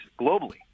globally